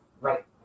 right